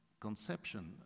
conception